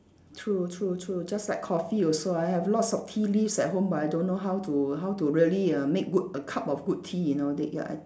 true true true just like coffee also I have lots of tea leaves at home but I don't know how to how to really err make good a cup of good tea you know they ya